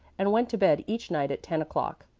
and went to bed each night at ten o'clock,